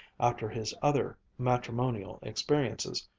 after his other matrimonial experiences,